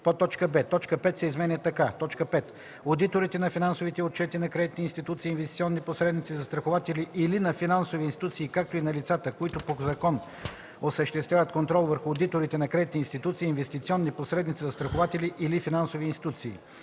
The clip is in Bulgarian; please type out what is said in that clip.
б) точка 5 се изменя така: „5. одиторите на финансовите отчети на кредитни институции, инвестиционни посредници, застрахователи или на финансови институции, както и на лицата, които по закон осъществяват контрол върху одиторите на кредитни институции, инвестиционни посредници, застрахователи или финансови институции;”